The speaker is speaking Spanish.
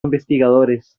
investigadores